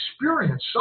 experience